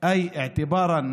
רטרואקטיבי,